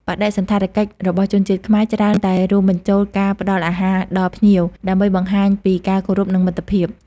បដិសណ្ឋារកិច្ចរបស់ជនជាតិខ្មែរ ច្រើនតែរួមបញ្ចូលការផ្តល់អាហារដល់ភ្ញៀវ ដើម្បីបង្ហាញពីការគោរព និងមិត្តភាព។